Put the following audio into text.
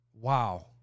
Wow